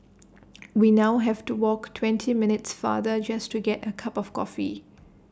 we now have to walk twenty minutes farther just to get A cup of coffee